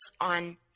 on